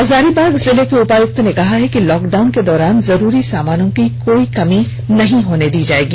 हजारीबाग जिले के उपायुक्त ने कहा है कि लॉकडाउन के दौरान जरूरी सामानों की कोई कमी नहीं होने दी जायेगी